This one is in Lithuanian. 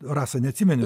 rasa neatsimeni